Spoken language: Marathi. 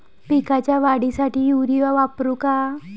पिकाच्या वाढीसाठी युरिया वापरू का?